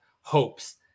hopes